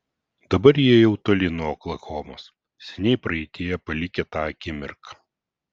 dabar jie jau toli nuo oklahomos seniai praeityje palikę tą akimirką